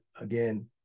again